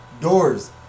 doors